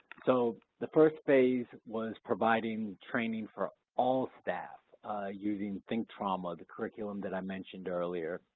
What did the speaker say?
so the first phase was providing training for all staff using think trauma, the curriculum that i mentioned earlier,